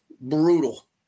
Brutal